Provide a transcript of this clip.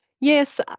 Yes